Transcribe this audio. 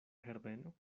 herbeno